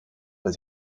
weil